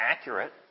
accurate